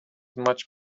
much